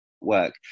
work